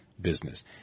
business